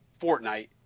Fortnite